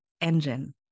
engine